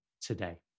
today